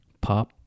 pop